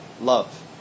love